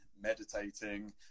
meditating